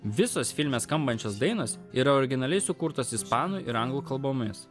visos filme skambančios dainos yra originaliai sukurtos ispanų ir anglų kalbomis